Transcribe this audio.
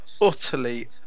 utterly